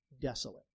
desolate